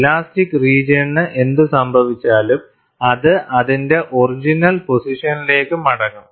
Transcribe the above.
elastic റീജിയണിന് എന്ത് സംഭവിച്ചാലും അത് അതിന്റെ ഒറിജിനൽ പോസിഷനിലേക്ക് മടങ്ങും